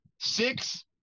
six